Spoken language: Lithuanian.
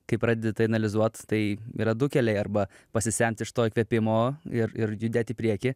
kai pradedi tai analizuot tai yra du keliai arba pasisemti iš to įkvėpimo ir ir judėt į priekį